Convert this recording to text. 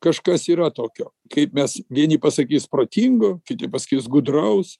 kažkas yra tokio kaip mes vieni pasakys protingo kiti pasakys gudraus